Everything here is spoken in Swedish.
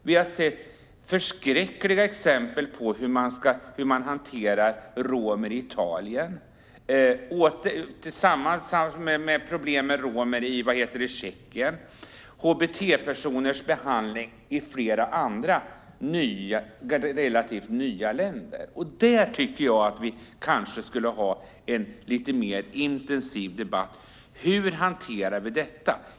Vi har sett förskräckliga exempel på hur man hanterar romer i Italien och problem med romer i Tjeckien, liksom problem med hbt-personers behandling i flera andra relativt nya länder. Jag tycker att vi kanske skulle ha en lite mer intensiv debatt om hur vi hanterar detta.